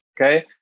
okay